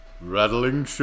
Rattling